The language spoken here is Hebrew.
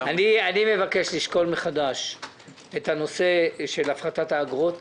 --- אני מבקש לשקול מחדש את נושא הפחתת האגרות